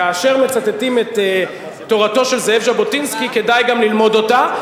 כאשר מצטטים את תורתו של זאב ז'בוטינסקי כדאי גם ללמוד אותה,